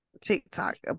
tiktok